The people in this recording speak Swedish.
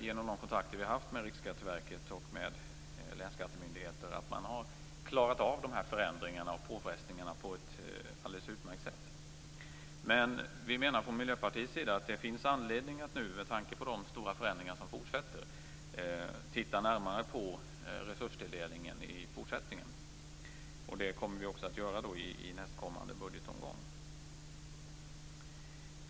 Genom kontakter med Riksskatteverket och länsskattemyndigheter har vi också sett att man där har klarat av förändringarna och påfrestningarna på ett alldeles utmärkt sätt. Miljöpartiet menar att det nu, med tanke på det stora förändringsarbete som fortfarande pågår, finns anledning att titta närmare på resurstilldelningen i fortsättningen. Det kommer vi också att göra i nästkommande budgetomgång.